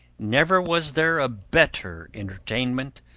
never was there a better entertainment,